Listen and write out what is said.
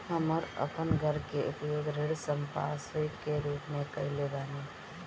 हम अपन घर के उपयोग ऋण संपार्श्विक के रूप में कईले बानी